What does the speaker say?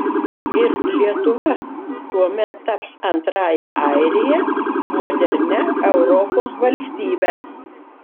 ir lietuva tuomet taps antrąja airija modernia europos valstybe